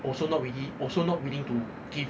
also not ready also not willing to give